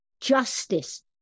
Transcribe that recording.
Justice